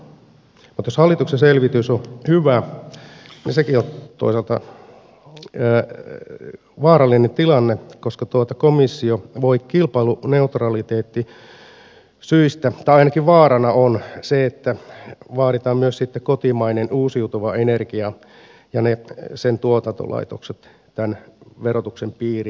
mutta jos hallituksen selvitys on hyvä sekin on toisaalta vaarallinen tilanne koska komissio voi kilpailuneutraliteettisyistä vaatia tai ainakin vaarana on se että vaaditaan myös sitten kotimaisen uusiutuvan energian ja sen tuotantolaitokset tämän verotuksen piiriin